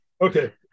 Okay